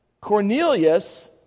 Cornelius